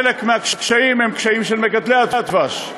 חלק מהקשיים הם קשיים של מגדלי הדבש,